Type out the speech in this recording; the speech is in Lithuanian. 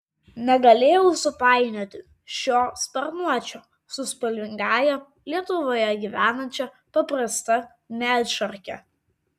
negalėjau supainioti šio sparnuočio su spalvingąja lietuvoje gyvenančia paprasta medšarke